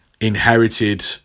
Inherited